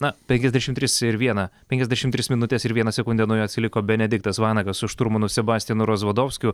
na penkiasdešim tris ir vieną penkiasdešim tris minutes ir vieną sekundę nuo jo atsiliko benediktas vanagas su šturmanu sebastijanu rozvadovskiu